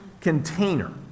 container